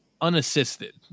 unassisted